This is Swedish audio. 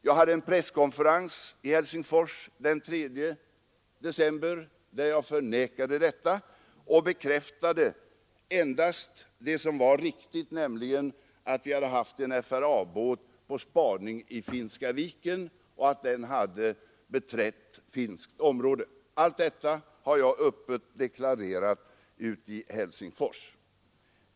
Jag hade en presskonferens i Helsingfors den 3 december, där jag upprepade detta och bekräftade det som var riktigt, nämligen att vi hade haft en FRA-båt på spaning i Finska viken och att den hade beträtt finländskt område. Allt detta deklarerade jag öppet i Helsingfors.